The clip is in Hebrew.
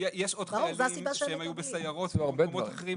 יש עוד חיילים שהם היו בסיירות ובמקומות אחרים,